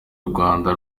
urwanda